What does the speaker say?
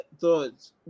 thoughts